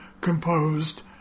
composed